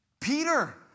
Peter